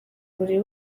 buri